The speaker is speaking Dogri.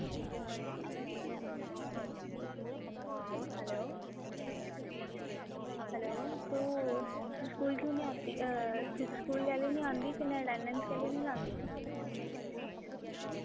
हैल्लो हैल्लो तू स्कूल क्यों नि आती स्कूल कैली निं आंदी कन्नै अटेंडेंस कैली निं लांदी